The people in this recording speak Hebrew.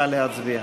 נא להצביע.